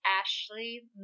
Ashley